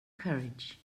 courage